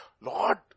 Lord